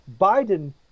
biden